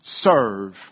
Serve